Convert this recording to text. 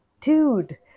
Dude